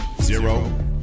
Zero